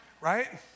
right